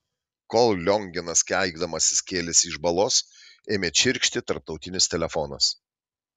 kol lionginas keikdamasis kėlėsi iš balos ėmė čirkšti tarptautinis telefonas